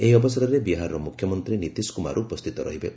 ଏହି ଅବସରରେ ବିହାରର ମୁଖ୍ୟମନ୍ତ୍ରୀ ନୀତିଶ କୁମାର ଉପସ୍ଥିତ ରହିବେ